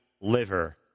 liver